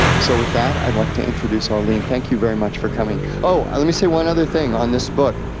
so with that, i'd like to introduce arlene. thank you very much for coming. oh, let me say one other thing on this book.